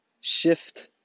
shift